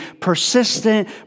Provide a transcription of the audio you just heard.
persistent